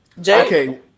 okay